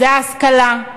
זאת השכלה,